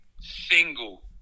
single